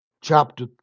chapter